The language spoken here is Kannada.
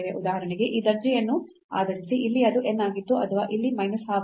ಉದಾಹರಣೆಗೆ ಈ ದರ್ಜೆಯನ್ನು ಆಧರಿಸಿ ಇಲ್ಲಿ ಅದು n ಆಗಿತ್ತು ಅಥವಾ ಇಲ್ಲಿ minus half